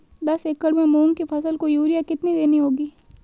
दस एकड़ में मूंग की फसल को यूरिया कितनी देनी होगी?